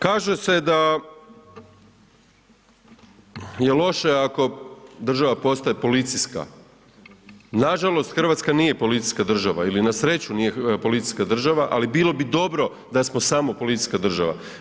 Kaže se da je loše ako država postaje policijska, nažalost, Hrvatska nije policijska država, ili na sreću nije policijska država, ali bilo bi dobro da smo samo policijska država.